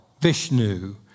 Vishnu